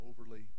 overly